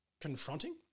confronting